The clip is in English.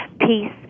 peace